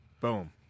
Boom